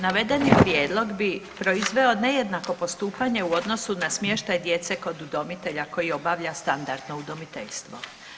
Naveden prijedlog bi proizveo nejednako postupanje u odnosu na smještaj djece kod udomitelja koji obavlja standardno udomiteljstvo.